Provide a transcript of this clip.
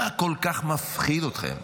מה כל כך מפחיד אתכם?